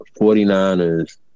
49ers